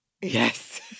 Yes